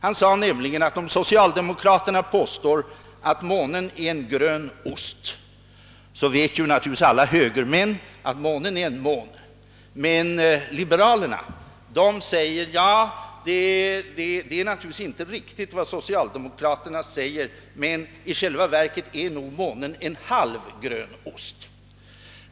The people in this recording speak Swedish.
Han sade att om socialdemokraterna påstår att månen är en grön ost vet naturligtvis alla högermän att månen är en måne, men liberalerna menar: Vad socialdemokraterna säger är naturligtvis inte riktigt; i själva verket är nog månen en halv grön ost.